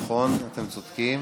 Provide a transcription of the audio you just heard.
קודם